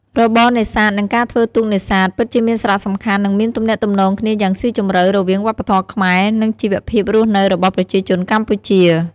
របរនេសាទ និងការធ្វើទូកនេសាទ ពិតជាមានសារៈសំខាន់ និងមានទំនាក់ទំនងគ្នាយ៉ាងស៊ីជម្រៅរវាងវប្បធម៌ខ្មែរ និងជីវភាពរស់នៅរបស់ប្រជាជនកម្ពុជា។